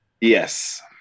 yes